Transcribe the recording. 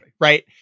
Right